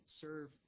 serve